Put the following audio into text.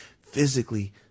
physically